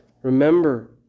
Remember